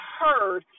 heard